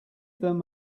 them